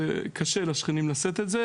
קשה לשכנים לשאת את זה,